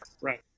right